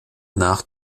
nach